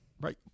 Right